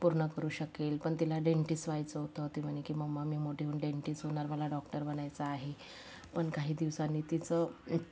पूर्ण करू शकेल पण तिला डेंटिस्ट व्हायचं होतं ती म्हणे की मम्मा मी मोठी होऊन डेंटिस्ट होणार मला डॉक्टर बनायचं आहे पण काही दिवसांनी तिचं